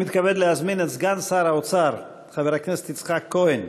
אני מתכבד להזמין את סגן שר האוצר חבר הכנסת יצחק כהן